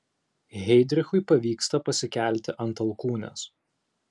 heidrichui pavyksta pasikelti ant alkūnės